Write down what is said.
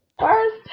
first